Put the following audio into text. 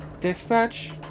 Dispatch